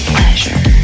Pleasure